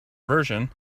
version